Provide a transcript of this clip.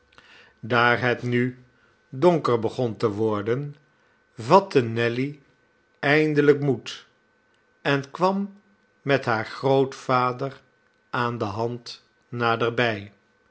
jdaar het nu donker begon te worden vatte nelly eindelijk moed en kwam met haar grootvader aan de hand naderbij